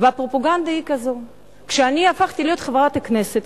והפרופגנדה היא כזאת: כשהפכתי להיות חברת כנסת,